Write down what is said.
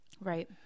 right